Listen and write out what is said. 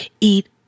eat